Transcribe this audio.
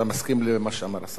אתה מסכים למה שאמר השר.